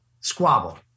squabble